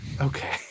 Okay